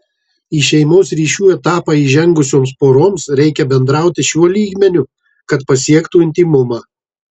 į šeimos ryšių etapą įžengusioms poroms reikia bendrauti šiuo lygmeniu kad pasiektų intymumą